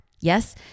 yes